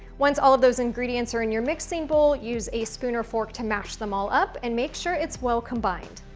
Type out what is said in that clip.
once all of those ingredients are in your mixing bowl use a spoon or fork to mash them all up and make sure it's well combined.